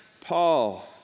Paul